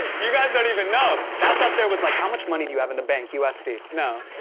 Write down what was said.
you guys don't even know. that's up there with, like how much money do you have in the bank, usd? no,